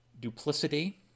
duplicity